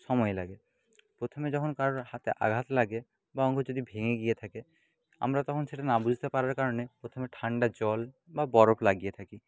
সময় লাগে প্রথমে যখন কারো হাতে আঘাত লাগে বা অঙ্গ যদি ভেঙে গিয়ে থাকে আমরা তখন সেটা না বুঝতে পারার কারণে প্রথমে ঠান্ডা জল বা বরফ লাগিয়ে থাকি